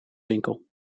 winkel